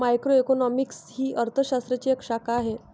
macroeconomics ही अर्थ शास्त्राची एक शाखा आहे